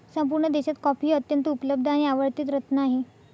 संपूर्ण देशात कॉफी हे अत्यंत उपलब्ध आणि आवडते रत्न आहे